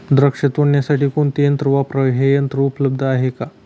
द्राक्ष तोडण्यासाठी कोणते यंत्र वापरावे? हे यंत्र उपलब्ध आहे का?